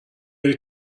داری